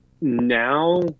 now